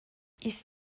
ist